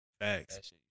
Facts